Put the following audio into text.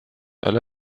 elle